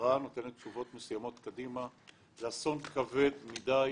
הסדרה נותנת תשובות מסוימות קדימה וזה אסון כבד מידי